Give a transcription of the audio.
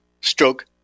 stroke